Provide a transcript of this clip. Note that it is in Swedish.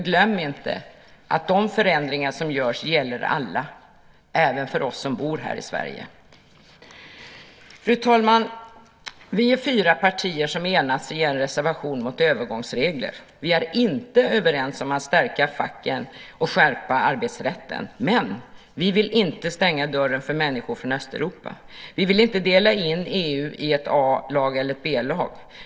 Glöm inte att de förändringar som görs gäller alla, även oss som bor här i Sverige. Fru talman! Vi är fyra partier som har enats i en reservation mot övergångsregler. Vi är inte överens om att man ska stärka facken och skärpa arbetsrätten, men vi vill inte stänga dörren för människor från Östeuropa. Vi vill inte dela in EU i ett A-lag och ett B-lag.